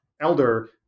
elder